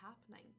happening